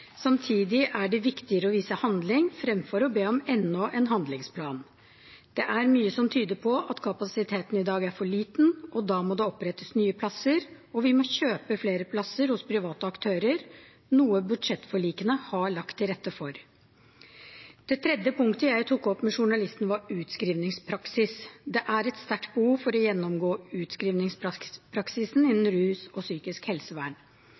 Samtidig er det viktigere å vise handling fremfor å be om enda en handlingsplan. Det er mye som tyder på at kapasiteten i dag er for liten, og da må det opprettes nye plasser, og vi må kjøpe flere plasser hos private aktører, noe budsjettforlikene har lagt til rette for. Det tredje punktet jeg tok opp med journalisten, var utskrivningspraksis. Det er et sterkt behov for å gjennomgå utskrivningspraksisen innenfor rus og psykisk helsevern.